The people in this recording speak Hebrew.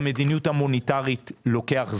למדיניות המוניטרית לוקח זמן.